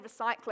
recycling